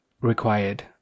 required